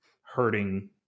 hurting